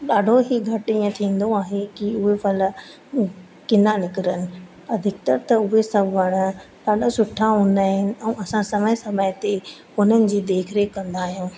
ॾाढो ई घटि ईअं थींदो आहे की उहे फल किना निकिरनि अधिकतर त उहे सभु वण ॾाढा सुठा हूंदा आहिनि ऐं असां समय समय ते हुननि जी देखरेख कंदा आहियूं